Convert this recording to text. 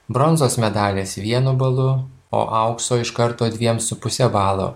bronzos medaliais vienu balu o aukso iš karto dviem su puse balo